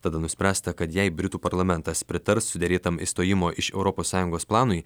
tada nuspręsta kad jei britų parlamentas pritars suderėtam išstojimo iš europos sąjungos planui